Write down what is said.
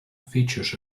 features